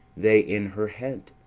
they in her head?